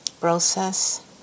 process